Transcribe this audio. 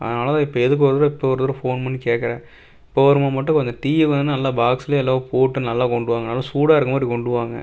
அதனால் தான் இப்போ எதுக்கும் ஒரு தடவ இப்போ ஒரு தடவ ஃபோன் பண்ணி கேட்குறேன் இப்போ வருமான்னு மட்டும் கொஞ்சம் டீயை வந்து நல்ல பாக்ஸில் எல்லாம் போட்டு நல்லா கொண்டு வாங்க நல்லா சூடாக இருக்க மாதிரி கொண்டு வாங்க